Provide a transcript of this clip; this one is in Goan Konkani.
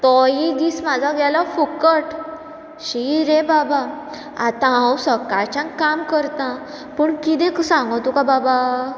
तोयी दीस म्हजो गेलो फुकट शी रे बाबा आतां हांव सकाळच्यान काम करता पूण किदें सांगूं तुका बाबा